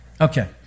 Okay